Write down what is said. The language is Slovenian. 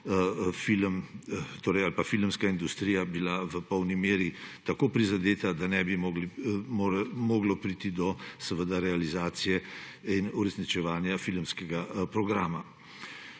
film ali pa filmska industrija bila v polni meri tako prizadeta, da ne bi moglo priti do realizacije in uresničevanja filmskega programa.